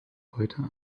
heute